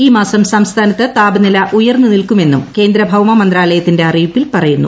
ഈ മാസം സംസ്ഥാനത്ത് താപനില ഉയർന്നു നിൽക്കുമെന്നും കേന്ദ്ര ഭൌമ മന്ത്രാലയത്തിന്റെ അ റിയിപ്പിൽ പറയുന്നു